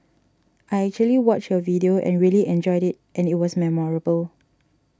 I actually watched your video and really enjoyed it and it was memorable